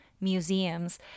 museums